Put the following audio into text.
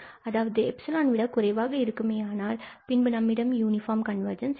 அதாவது எப்சிலான் விட குறைவாக இருக்குமேயானால் பின்பு நம்மிடம் யூனிபார்ம் கன்வர்ஜென்ஸ் இருக்கும்